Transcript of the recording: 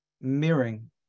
mirroring